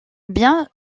bien